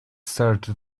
search